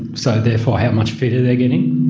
so therefore how much fitter they're getting.